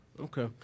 okay